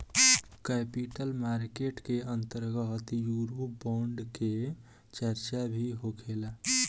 capital market के अंतर्गत eurobond के चार्चा भी होखेला